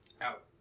Out